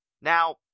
Now